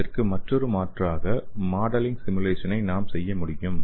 இதற்கு மற்றொரு மாற்றாக மாடலிங் சிமுலேசனை நாம் செய்ய முடியும்